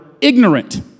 ignorant